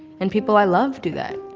and people i love do that,